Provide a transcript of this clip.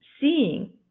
seeing